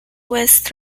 west